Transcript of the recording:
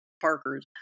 Parkers